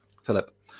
Philip